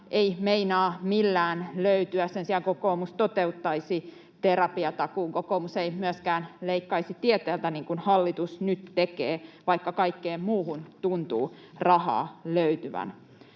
ei meinaa millään löytyä. Sen sijaan kokoomus toteuttaisi terapiatakuun. Kokoomus ei myöskään leikkaisi tieteeltä, niin kuin hallitus nyt tekee, vaikka kaikkeen muuhun tuntuu rahaa löytyvän.